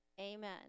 Amen